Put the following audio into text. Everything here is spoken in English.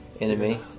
enemy